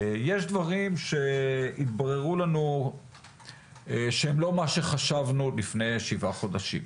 יש דברים שהתבררו לנו שהם לא מה שחשבנו לפני שבעה חודשים.